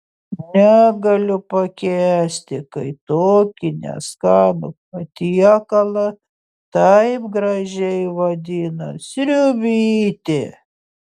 negaliu pakęsti kai tokį neskanų patiekalą taip gražiai vadina sriubytė